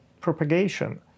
propagation